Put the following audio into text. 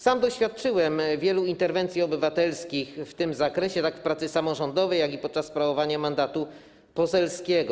Sam doświadczyłem wielu interwencji obywatelskich w tym zakresie, tak w pracy samorządowej, jak i podczas sprawowania mandatu poselskiego.